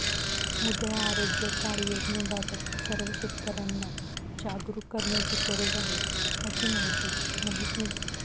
मृदा आरोग्य कार्ड योजनेबाबत सर्व शेतकर्यांना जागरूक करण्याची गरज आहे, अशी माहिती मोहितने दिली